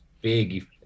big